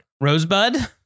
Rosebud